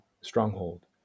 stronghold